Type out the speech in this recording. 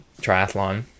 triathlon